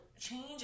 change